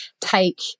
take